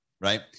right